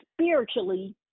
spiritually